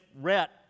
Rhett